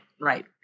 Right